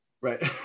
Right